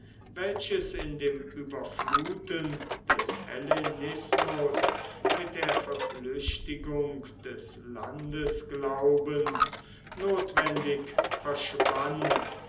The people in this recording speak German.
welches in dem überfluten des hellenismus mit der verflüchtigung des landesglaubens notwendig verschwand